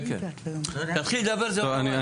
טוב,